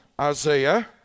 Isaiah